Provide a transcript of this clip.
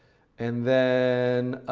and then,